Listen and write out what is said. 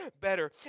better